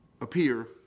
appear